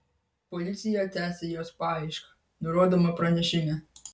policija tęsią jos paiešką nurodoma pranešime